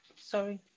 sorry